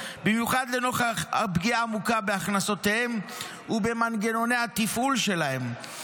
במיוחד לנוכח הפגיעה העמוקה בהכנסותיהם ובמנגנוני התפעול שלהם.